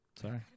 Sorry